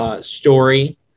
Story